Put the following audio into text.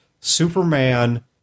Superman